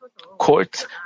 courts